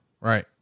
Right